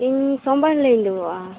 ᱤᱧ ᱥᱚᱢᱵᱟᱨ ᱦᱤᱞᱳᱜ ᱤᱧ ᱫᱩᱲᱩᱵᱽ ᱟ